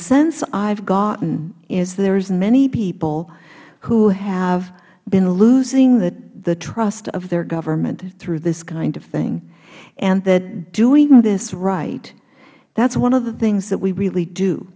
sense i have gotten is there are many people who have been losing the trust of their government through this kind of thing and that doing this right that is one of the things that we really do